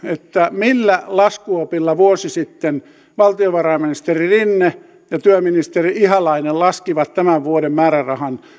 millä laskuopilla vuosi sitten valtiovarainministeri rinne ja työministeri ihalainen laskivat tämän vuoden määrärahan